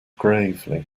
gravely